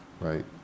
right